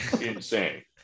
insane